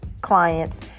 clients